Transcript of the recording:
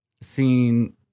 seeing